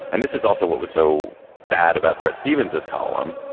and this is also what was so bad about bret stephens, his column,